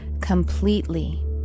completely